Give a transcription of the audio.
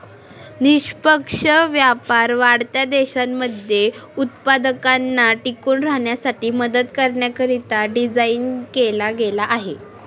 निष्पक्ष व्यापार वाढत्या देशांमध्ये उत्पादकांना टिकून राहण्यासाठी मदत करण्याकरिता डिझाईन केला गेला आहे